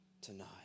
tonight